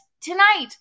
tonight